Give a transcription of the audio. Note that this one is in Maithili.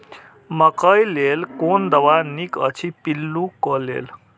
मकैय लेल कोन दवा निक अछि पिल्लू क लेल?